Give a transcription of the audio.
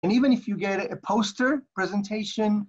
And even if you get a poster presentation.